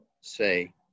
say